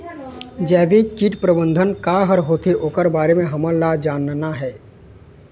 जैविक कीट प्रबंधन का हर होथे ओकर बारे मे हमन ला जानना हे?